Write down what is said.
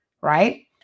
right